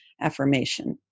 affirmation